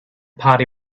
party